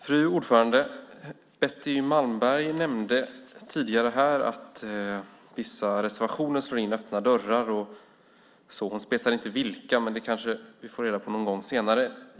Fru talman! Betty Malmberg nämnde här tidigare att vissa reservationer slår in öppna dörrar. Hon specificerade inte vilka det var, men det kanske vi får reda på senare.